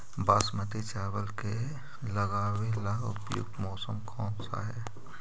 बासमती चावल के लगावे ला उपयुक्त मौसम का है?